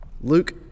Luke